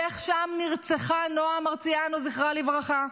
ואיך שם נרצחה נועה מרציאנו, זכרה לברכה.